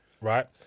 right